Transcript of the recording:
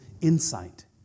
insight